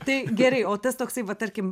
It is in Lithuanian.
tai gerai o tas toksai va tarkim